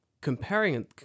comparing